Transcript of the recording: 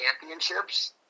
championships